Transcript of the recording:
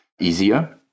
easier